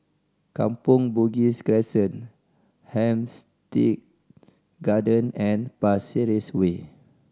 Kampong Bugis Crescent Hampstead Garden and Pasir Ris Way